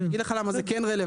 אני אגיד לך זה כן רלבנטי.